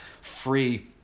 free